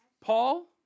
Paul